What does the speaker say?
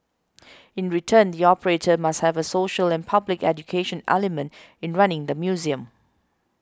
in return the operator must have a social and public education element in running the museum